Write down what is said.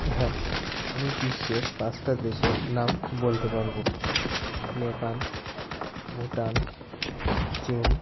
হ্যাঁ আমি বিশ্বের পাঁচটা দেশের নাম বলতে পারবো নেপাল ভুটান চীন